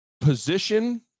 Position